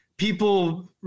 People